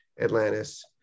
Atlantis